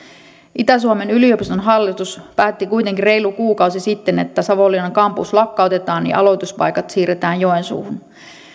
itä suomen yliopiston hallitus päätti kuitenkin reilu kuukausi sitten että savonlinnan kampus lakkautetaan ja aloituspaikat siirretään joensuuhun